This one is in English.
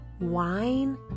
wine